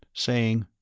saying,